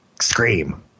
scream